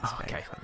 Okay